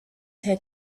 had